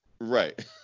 Right